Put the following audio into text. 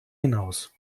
hinaus